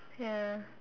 ya